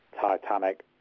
Titanic